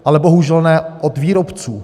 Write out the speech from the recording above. Ale bohužel ne od výrobců.